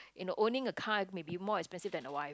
you know owning a car may be more expensive than a wife